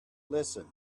listen